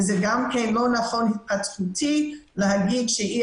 וזה גם כן לא נכון התפתחותי להגיד שאי